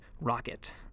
rocket